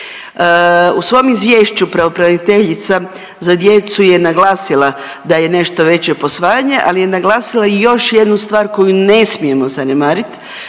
U svom izvješću pravobraniteljica za djecu je naglasila da je nešto veće posvajanje, ali je naglasila i još jednu stvar koju ne smijemo zanemariti,